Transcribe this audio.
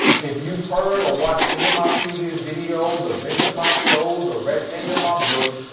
if you've heard or watched any of my previous videos or been to my shows or read any of my books,